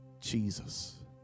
Jesus